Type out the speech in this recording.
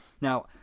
Now